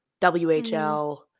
WHL